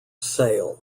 sail